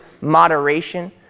moderation